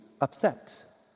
upset